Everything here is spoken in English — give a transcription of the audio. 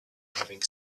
having